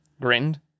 grinned